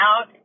out